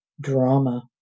Drama